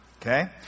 okay